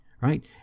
Right